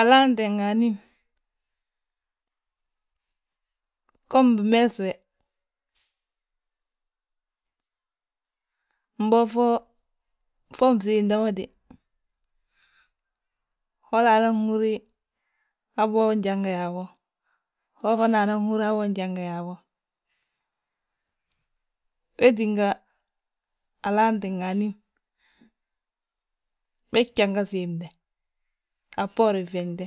Alaante nga anín gom bimeesi we, mbo fo nsiimde ma dé, hola anan húri habo njanga yaa habo, ho fana anan húri habo njanga yaa habo. Wee tínga alaante nga anín, bég janga siimde a bboorin fyeŋde.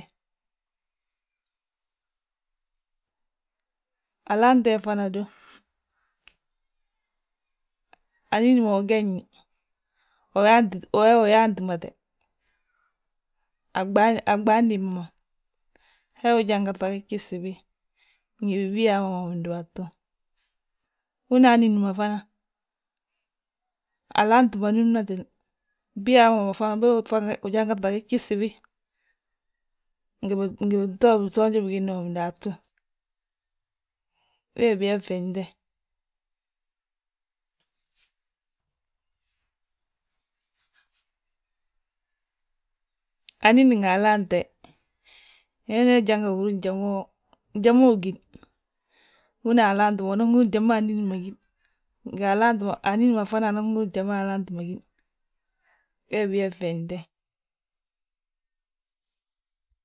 alaante fana du, anín ma ugegni uyaanti uyaa uyaantimate, a ɓaali dimba ma he ujanga ŧagi gjif gsibi, ngi bibiyaama ma bindúbatu. Húna anín ma fana, alaanti ma númnatini, biyaama ma fana bége ujanga ŧagi gjif gsibi, ngi binto bisoonji bigilli ma bindaatu, wee biyaa fnyeŋde. Anín nga alaante, hinooni he janga húri njal mo ugín, húna alaanti ma unan húri njali ma anín ma gíni, nga alaanti ma, anín ma fana anan húri njali ma alaanti ma gín, wee biyaa fyeŋnde.